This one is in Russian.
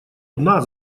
дна